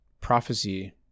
prophecy